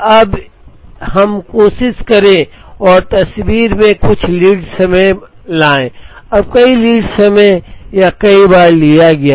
अब हम भी कोशिश करें और तस्वीर में कुछ लीड समय लाएं अब कई लीड समय या कई बार लिया गया है